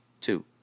Two